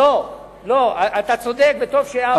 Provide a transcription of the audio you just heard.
אתה צודק, וטוב שהערת.